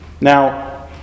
Now